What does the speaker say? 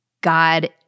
God